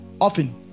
often